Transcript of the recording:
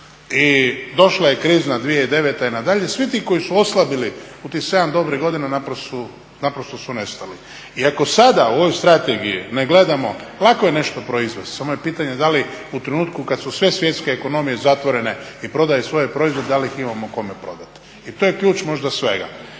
I došla je krizna 2009. i nadalje, svi ti koji su oslabili u tih 7 dobrih godina naprosto su nestali. I ako sada u ovoj strategiji ne gledamo, lako je nešto proizvesti, samo je pitanje da li u trenutku kad su sve svjetske ekonomije zatvorene i prodaju svoje proizvode da li ih imamo kome prodati. I to je ključ možda svega.